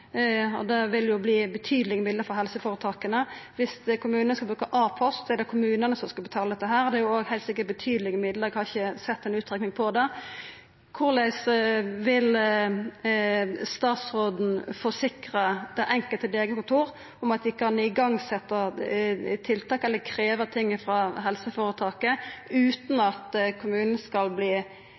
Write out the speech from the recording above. Det vil verta betydelege midlar for helseføretaka. Viss kommunane skal bruka A-post, er det kommunane som skal betala det. Det er heilt sikkert betydelege midlar, eg har ikkje sett noka utrekning av det. Korleis vil statsråden forsikra det enkelte legekontor om at dei kan setja i gang tiltak eller krevja noko frå helseføretaket utan at kommunen eller legekontora skal